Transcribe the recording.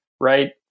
right